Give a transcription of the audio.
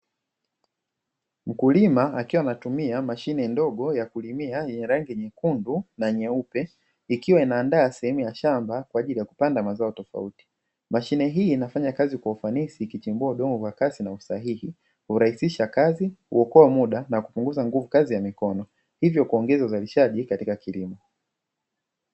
Mkulima akiwa anatumia mashine ndogo ya kulimia rangi nyekundu na nyeupe, ikiwa inaandaa sehemu ya shamba kwa ajili ya kupanda mazao tofauti, mashine hii inafanya kazi kwa ufanisi ikichimbua udongo kwa kasi na usahihi, kurahisisha kazi kuokoa muda na kupunguza nguvu kazi ya mikono hivyo kuongeza uzalishaji katika kilimo.